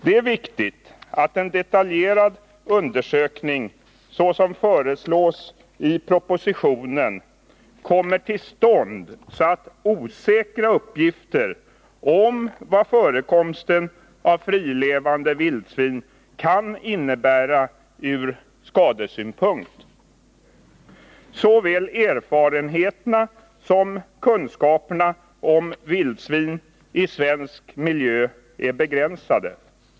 Det är viktigt att en detaljerad undersökning, såsom föreslås i propositionen, kommer till stånd så att osäkra uppgifter om vad förekomsten av frilevande vildsvin kan innebära ur skadesynpunkt kan klarläggas. Såväl erfarenheterna som kunskaperna om vildsvin i svensk miljö är begränsade.